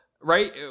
right